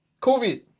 COVID